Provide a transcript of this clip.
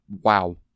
wow